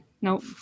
Nope